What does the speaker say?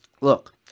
Look